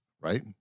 right